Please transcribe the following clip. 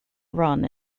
run